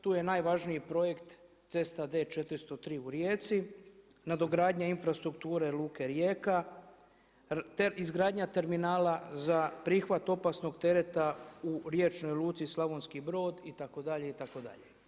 Tu je najvažniji projekt cesta D403 u Rijeci, nadogradnja infrastrukture Luke Rijeka te izgradnja terminala za prihvat opasnog tereta u riječnoj luci Slavonski Brod itd, itd.